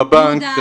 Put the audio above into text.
בבנק,